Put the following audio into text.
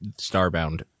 Starbound